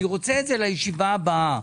אני רוצה את זה לישיבה הבאה.